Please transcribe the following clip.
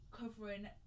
covering